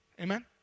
Amen